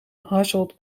hasselt